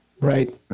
Right